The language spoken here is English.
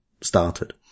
started